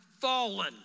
fallen